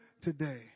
today